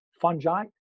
fungi